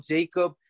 Jacob